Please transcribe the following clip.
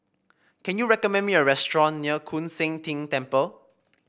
can you recommend me a restaurant near Koon Seng Ting Temple